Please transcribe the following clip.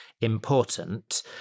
important